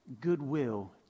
goodwill